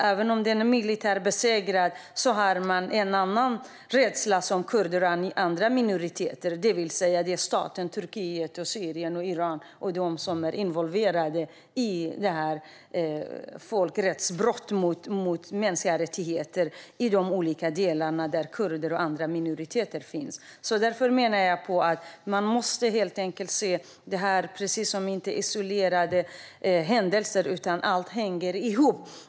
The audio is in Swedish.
Även om militären är besegrad har kurder och andra minoriteter en annan rädsla, nämligen för staten Turkiet, Syrien och Iran och de som är involverade i folkrättsbrott mot mänskliga rättigheter i de olika delarna där kurder och andra minoriteter finns. Därför menar jag att man helt enkelt inte kan se detta som isolerade händelser, utan allt hänger ihop.